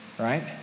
Right